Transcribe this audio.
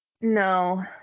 No